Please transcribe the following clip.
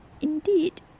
Indeed